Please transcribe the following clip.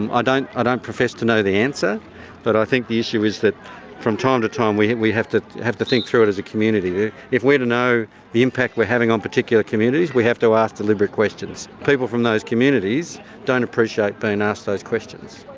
um don't ah don't profess to know the answer but i think the issue is that from time to time we we have to have to think through it as a community. if we're to know the impact we're having on particular communities, we have to ask deliberate questions. people from those communities don't appreciate being asked those questions.